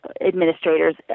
administrators